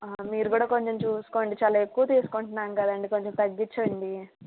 మీరు కూడా కొంచెం చూసుకోండి చాలా ఎక్కువ తీసుకుంటున్నాం కదండి కొంచెం తగ్గించండి